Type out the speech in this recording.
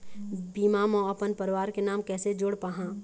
बीमा म अपन परवार के नाम कैसे जोड़ पाहां?